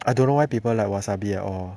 I don't know why people like wasabi at all